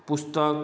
पुस्तक